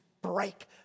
break